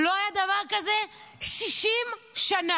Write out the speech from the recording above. לא היה דבר כזה 60 שנה.